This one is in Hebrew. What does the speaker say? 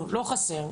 לא חסר.